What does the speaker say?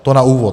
To na úvod.